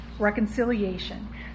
Reconciliation